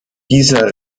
dieser